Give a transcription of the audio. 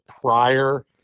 prior